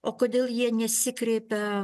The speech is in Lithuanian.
o kodėl jie nesikreipia